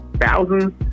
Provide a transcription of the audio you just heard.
Thousands